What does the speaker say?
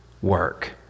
Work